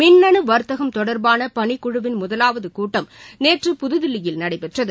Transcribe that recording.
மின்னு வர்த்தகம் தொடர்பான பணிக்குழுவின் முதலாவது கூட்டம் நேற்று புதுதில்லியில் நடைபெற்றது